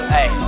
Hey